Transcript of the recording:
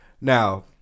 Now